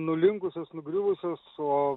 nulinkusios nugriuvusios o